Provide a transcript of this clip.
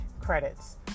credits